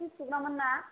सि सुग्रा मोन ना